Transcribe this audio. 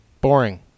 Boring